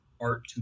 art